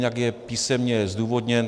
Jinak je písemně zdůvodněn.